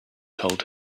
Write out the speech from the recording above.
told